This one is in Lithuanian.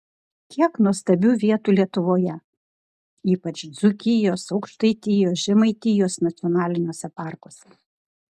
kiek nuostabių vietų lietuvoje ypač dzūkijos aukštaitijos žemaitijos nacionaliniuose parkuose